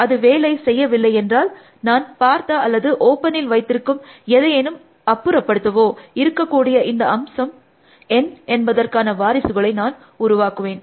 அது வேலை செய்யவில்லை என்றால் நான் பார்த்த அல்லது ஓப்பனில் வைத்திருக்கும் எதையேனும் அப்புறப்படுத்தவோ இருக்கக்கூடிய இந்த அம்சம் N என்பதற்கான வாரிசுகளை நான் உருவாக்குவேன்